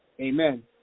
Amen